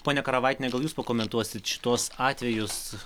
ponia karavaitiene gal jūs pakomentuosit šituos atvejus